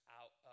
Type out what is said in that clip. out